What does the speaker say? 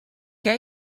què